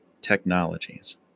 technologies